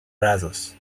brazos